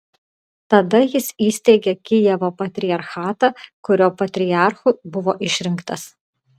tada jis įsteigė kijevo patriarchatą kurio patriarchu buvo išrinktas